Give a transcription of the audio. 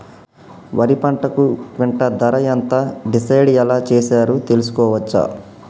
వరి పంటకు క్వింటా ధర ఎంత డిసైడ్ ఎలా చేశారు తెలుసుకోవచ్చా?